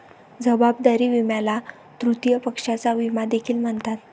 जबाबदारी विम्याला तृतीय पक्षाचा विमा देखील म्हणतात